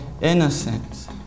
innocence